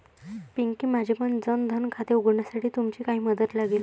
पिंकी, माझेपण जन धन खाते उघडण्यासाठी तुमची काही मदत लागेल